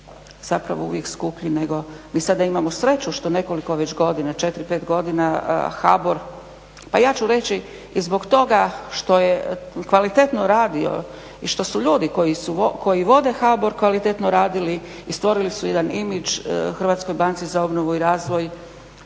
zapravo uvijek skuplji, mi sada imamo sreću što nekoliko već godina, 4-5 godina HBOR pa ja ću reći i zbog toga što je kvalitetno radio i što su ljudi koji vode HBOR kvalitetno radili i stvorili su jedan imidž HBOR-u i izvan